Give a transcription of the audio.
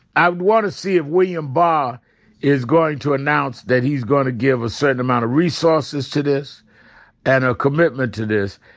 i wanna see if william barr is going to announce that he's going to give a certain amount of resources to this and a commitment to this.